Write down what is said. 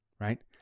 right